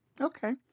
Okay